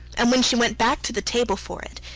and when she went back to the table for it,